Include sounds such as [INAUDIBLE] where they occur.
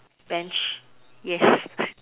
Bench [BREATH] yes [BREATH]